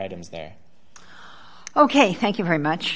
items there ok thank you very much